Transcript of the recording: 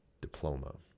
diploma